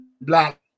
black